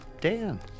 Dan